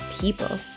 people